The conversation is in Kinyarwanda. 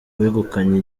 wegukanye